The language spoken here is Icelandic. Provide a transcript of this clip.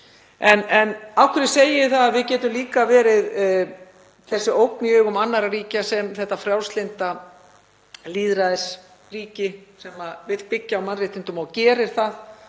En af hverju segi ég að við getum líka verið ógn í augum annarra ríkja sem þetta frjálslynda lýðræðisríki sem vill byggja á mannréttindum, og gerir það,